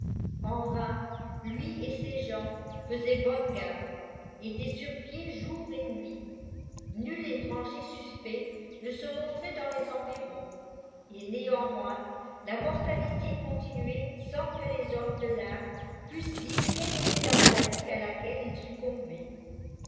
en vain lui et ses gens faisaient bonne garde étaient sur pied jour et nuit nul étranger suspect ne se montraitdans les environs et néanmoins la mortalité continuait sans que les hommes de tart pussent dire quelle était la maladie à laquelle ils succombaient